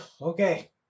Okay